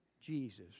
jesus